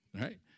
right